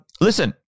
Listen